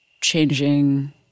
changing